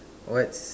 what's